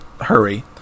hurry